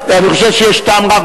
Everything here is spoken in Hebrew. טרומית,